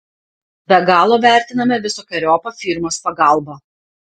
be galo vertiname visokeriopą firmos pagalbą